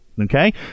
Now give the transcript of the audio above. Okay